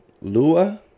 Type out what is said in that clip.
Lua